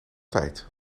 tijd